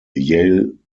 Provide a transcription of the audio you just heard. yale